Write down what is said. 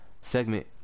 segment